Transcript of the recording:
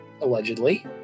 allegedly